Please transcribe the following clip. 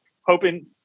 hoping